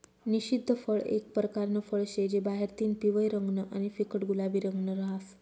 निषिद्ध फळ एक परकारनं फळ शे जे बाहेरतीन पिवयं रंगनं आणि फिक्कट गुलाबी रंगनं रहास